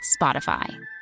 Spotify